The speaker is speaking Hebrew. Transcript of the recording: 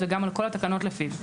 וגם על כל התקנות לפיו,